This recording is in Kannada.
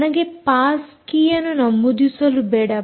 ನನಗೆ ಪಾಸ್ ಕೀಯನ್ನು ನಮೂದಿಸಲು ಬೇಡ